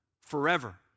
forever